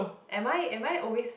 am I am I always